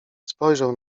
spojrzał